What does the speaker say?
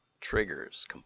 triggers